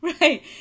Right